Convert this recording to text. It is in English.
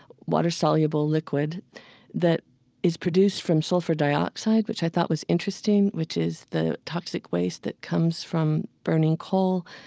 water-soluble liquid that is produced from sulfur dioxide. which i thought was interesting, which is the toxic waste that comes from burning coal,